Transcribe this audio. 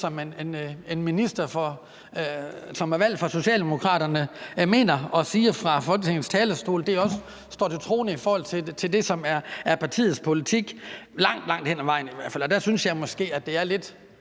som en minister, som er valgt for Socialdemokraterne, mener og siger fra Folketingets talerstol, og det, der er partiets politik – langt, langt hen ad vejen i hvert fald. Der synes jeg måske, at det er lidt